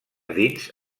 dins